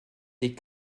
des